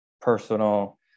personal